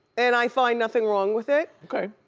and i find nothing wrong with it. okay.